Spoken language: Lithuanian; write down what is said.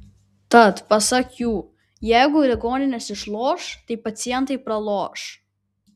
tad pasak jų jeigu ligoninės išloš tai pacientai praloš